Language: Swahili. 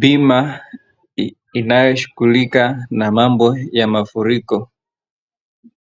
Bima inayoshughulika na mambo ya mafuriko